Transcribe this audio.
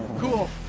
cool.